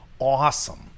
awesome